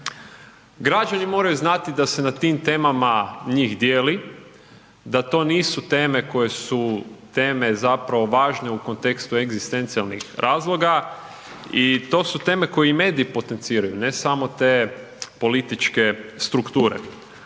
Građani moraju znati da se na tim temama njih dijeli, da to nisu teme koje su teme zapravo važno u kontekstu egzistencijalnih razloga i to su teme koje i mediji potenciraju, ne samo te političke strukture,